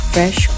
Fresh